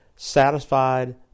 satisfied